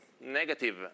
negative